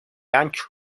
ancho